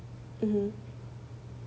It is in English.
mmhmm